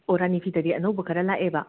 ꯑꯣ ꯔꯥꯅꯤ ꯐꯤꯗꯗꯤ ꯑꯅꯧꯕ ꯈꯔ ꯂꯥꯛꯑꯦꯕ